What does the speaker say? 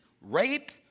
rape